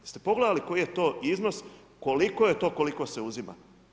Jeste pogledali koji je to iznos, koliko je to koliko se uzima?